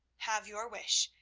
have your wish,